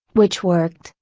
which worked,